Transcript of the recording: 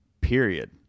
period